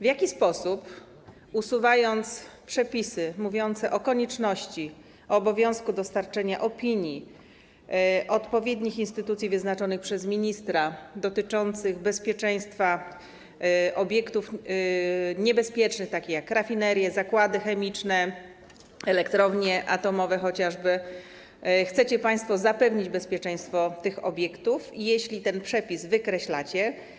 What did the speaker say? W jaki sposób, usuwając przepisy mówiące o konieczności, o obowiązku dostarczenia opinii odpowiednich instytucji wyznaczonych przez ministra dotyczących bezpieczeństwa obiektów niebezpiecznych, takich jak rafinerie, zakłady chemiczne, elektrownie atomowe chociażby, chcecie państwo zapewnić bezpieczeństwo tych obiektów, jeśli ten przepis wykreślacie?